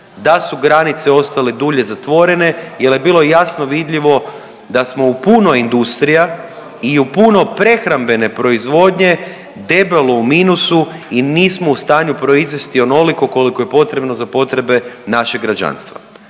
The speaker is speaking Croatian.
da su granice ostale dulje zatvorene, jer je bilo jasno vidljivo da smo u puno industrija i u puno prehrambene proizvodnje debelo u minusu i nismo u stanju proizvesti onoliko koliko je potrebno za potrebe našeg građanstva.